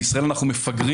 בישראל אנו מפגרים